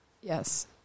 Yes